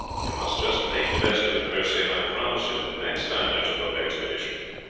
you must just make the best of it, percy, and i promise you that next time there is a boat expedition,